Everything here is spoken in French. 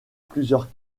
plusieurs